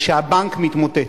כשהבנק מתמוטט,